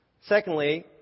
Secondly